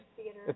Theater